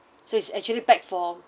so it's actually pack for